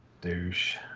Douche